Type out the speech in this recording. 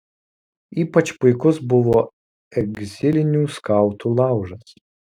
ypač puikus buvo egzilinių skautų laužas